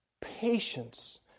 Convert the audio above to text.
patience